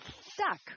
stuck